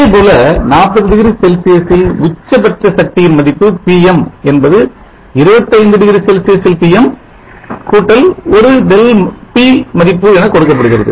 அதேபோல 40 டிகிரி செல்சியஸில் உச்சபட்ச சக்தியின் மதிப்பு Pm என்பது 25 டிகிரி செல்சியஸில் Pm ஒரு ΔP மதிப்பு என கொடுக்கப்படுகிறது